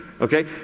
Okay